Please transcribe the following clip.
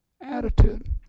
attitude